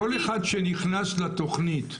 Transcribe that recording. כל אחד שנכנס לתוכנית,